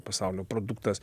pasaulio produktas